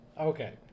Okay